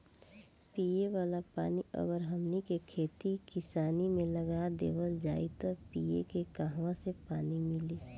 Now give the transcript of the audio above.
पिए वाला पानी अगर हमनी के खेती किसानी मे लगा देवल जाई त पिए के काहा से पानी मीली